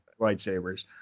lightsabers